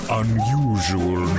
unusual